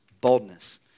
boldness